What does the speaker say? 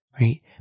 right